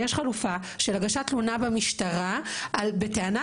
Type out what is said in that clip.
חלופה של הגשת תלונה במשטרה בטענה,